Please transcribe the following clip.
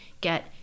get